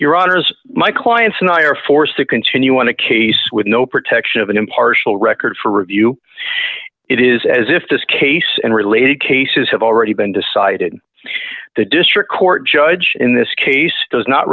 honour's my clients and i are forced to continue on a case with no protection of an impartial record for review it is as if this case and related cases have already been decided in the district court judge in this case does not